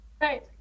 Right